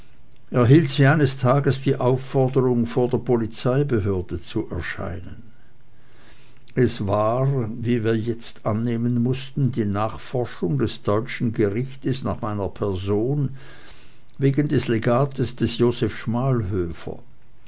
sie eines tages die aufforderung vor der polizeibehörde zu erscheinen es war wie wir jetzt annehmen mußten die nachforschung des deutschen gerichtes nach meiner person wegen des legates des joseph